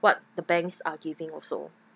what the banks are giving also